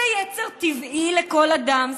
זה יצר טבעי לכל אדם.